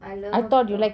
I love dogs